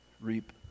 reap